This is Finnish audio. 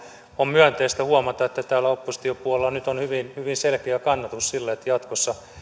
on myönteistä huomata että täällä opposition puolella nyt on hyvin hyvin selkeä kannatus sille että jatkossa